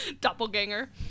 Doppelganger